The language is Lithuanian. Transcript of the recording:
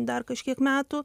dar kažkiek metų